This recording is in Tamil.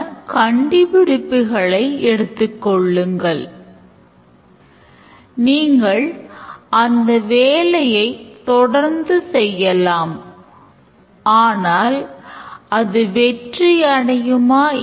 Actor மற்றும் இரண்டு வாடிக்கையாளர்களிடையே ஒரு தொடர்பு இருந்தால் அது ஒரு external system ஆகும்